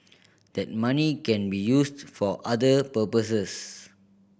that money can be used for other purposes